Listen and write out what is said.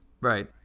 right